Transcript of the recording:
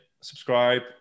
subscribe